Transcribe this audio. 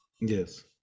Yes